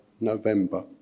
November